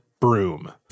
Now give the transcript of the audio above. broom